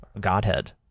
Godhead